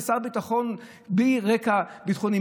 כשר ביטחון בלי רקע ביטחוני,